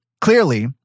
Clearly